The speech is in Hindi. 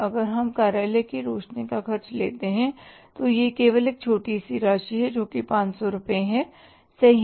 अगर हम कार्यालय की रोशनी का खर्च लेते हैं तो यह केवल छोटी राशि है जो 500 रुपये सही है